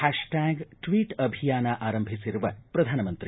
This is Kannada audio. ಹ್ಯಾಶ್ ಟ್ಯಾಗ್ ಟ್ವೀಟ್ ಅಭಿಯಾನ ಆರಂಭಿಸಿರುವ ಪ್ರಧಾನಮಂತ್ರಿ